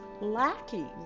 lacking